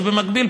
ובמקביל,